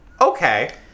Okay